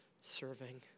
serving